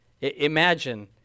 imagine